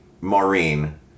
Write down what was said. Maureen